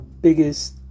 biggest